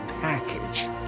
package